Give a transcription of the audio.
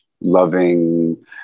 loving